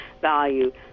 value